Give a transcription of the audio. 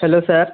hello sir